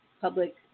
public